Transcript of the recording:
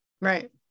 Right